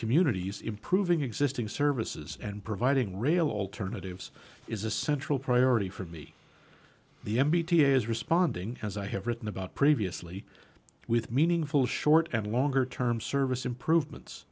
communities improving existing services and providing rail alternatives is a central priority for me the m b t is responding as i have written about previously with meaningful short and longer term service improvements